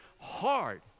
hard